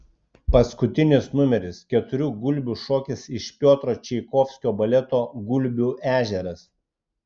paskutinis numeris keturių gulbių šokis iš piotro čaikovskio baleto gulbių ežeras